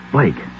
Blake